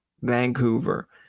Vancouver